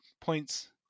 points